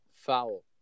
foul